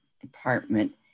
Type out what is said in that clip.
department